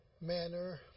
manner